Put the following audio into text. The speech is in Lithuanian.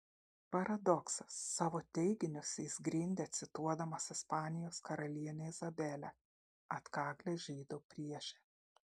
paradoksas savo teiginius jis grindė cituodamas ispanijos karalienę izabelę atkaklią žydų priešę